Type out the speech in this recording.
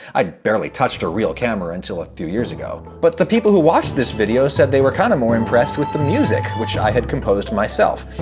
i'd barely touched a real camera until a few years ago. but the people who watched this video said they were kinda kind of more impressed with the music, which i had composed myself.